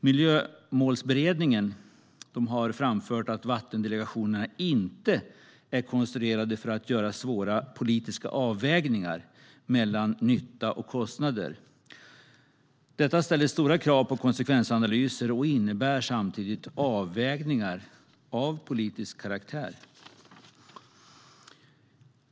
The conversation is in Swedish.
Miljömålsberedningen har framfört att vattendelegationerna inte är konstruerade för att göra svåra politiska avvägningar mellan nytta och kostnader. Detta ställer stora krav på konsekvensanalyser och innebär samtidigt avvägningar av politisk karaktär.